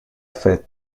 fête